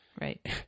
right